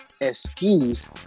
excuse